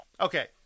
Okay